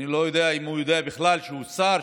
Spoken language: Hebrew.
אני לא יודע אם הוא יודע בכלל שהוא שר,